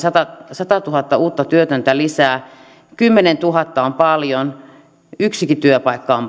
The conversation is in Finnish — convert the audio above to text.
satatuhatta uutta työtöntä lisää niin kymmenentuhatta on paljon yksikin työpaikka on